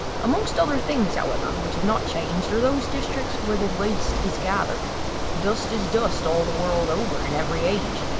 amongst other things, however, which have not changed are those districts where the waste is gathered dust is dust all the world over, in every age,